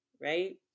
Right